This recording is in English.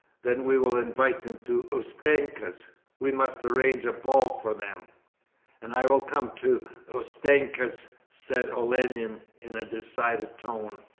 then we will invite them to ustenka's. we must arrange a ball for them and i will come to ustenka's said olenin in a decided tone.